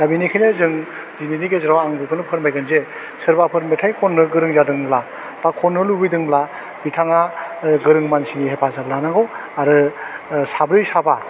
दा बेनिखायनो जों दिनैनि गोजेराव आं बेखौनो फोरमायगोन जे सोरबाफोर मेथाइ खन्नो गोरों जादोंब्ला बा खन्नो लुगैदोंब्ला बिथाङा गोरों मानसिनि हेफाजाब लानांगौ आरो ओह साब्रै साबा